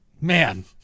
man